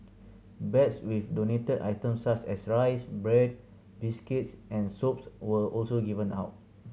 bags with donated items such as rice bread biscuits and soaps were also given out